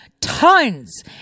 tons